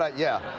ah yeah,